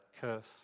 curse